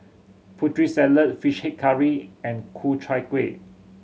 Putri Salad Fish Head Curry and Ku Chai Kuih